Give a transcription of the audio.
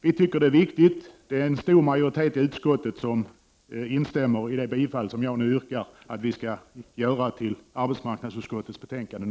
Vi tycker att det är viktigt. En stor majoritet av utskottet instämmer i mitt yrkande om bifall till arbetsmarknadsutskottets hemställan.